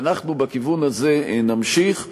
ואנחנו בכיוון הזה נמשיך.